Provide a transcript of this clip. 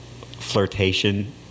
flirtation